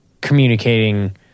communicating